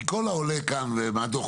מכל העולה כאן ומהדוח,